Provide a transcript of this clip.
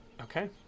Okay